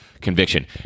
conviction